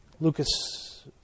Lucas